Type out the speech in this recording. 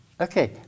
Okay